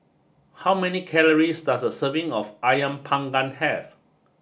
how many calories does a serving of Ayam panggang have